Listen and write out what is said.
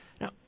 Now